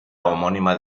homónima